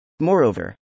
Moreover